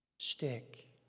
Stick